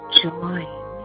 join